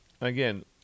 again